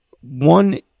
one